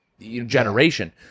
generation